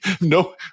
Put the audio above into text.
no